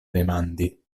demandi